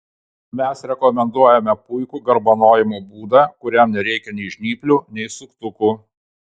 mes rekomenduojame puikų garbanojimo būdą kuriam nereikia nei žnyplių nei suktukų